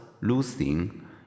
losing